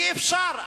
אי-אפשר.